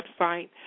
website